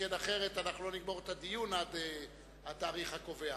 שכן אחרת לא נגמור את הדיון עד התאריך הקובע.